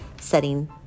setting